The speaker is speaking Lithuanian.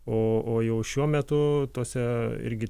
o o jau šiuo metu tose irgi